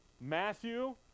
Matthew